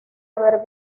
haber